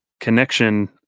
connection